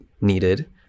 needed